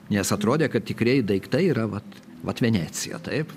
nes atrodė kad tikrieji daiktai yra vat vat venecija taip